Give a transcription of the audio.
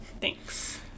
Thanks